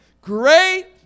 Great